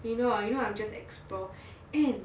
you know you know I'll just explore and